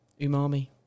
Umami